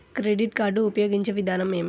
Credit card ఉపయోగించే విధానం ఏమి?